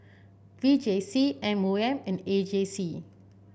V J C M O M and A J C